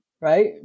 right